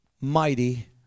mighty